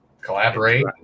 collaborate